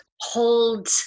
hold